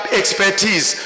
expertise